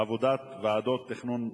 עבודת ועדות תכנון